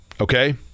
okay